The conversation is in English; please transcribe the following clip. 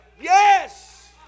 Yes